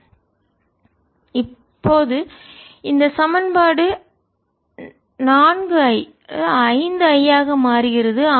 4I1I12I13I20 V 7I13I20V இப்போது இந்த சமன்பாடு 4 I 5 I ஆக மாறுகிறது